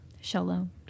Shalom